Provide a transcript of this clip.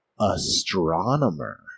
Astronomer